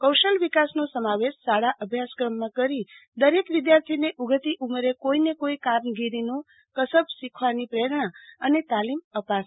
કૌશલ્ય વિકાસનો સમાવેશ શાળા અભ્યાસક્રમમાં કરી દરેક વિદ્યાર્થી ને ઊગતી ઉમરે કોઈને કોઈ કારીગગરીનો કસબ શીખવાની પ્રેરણા અને તાલીમ આપશે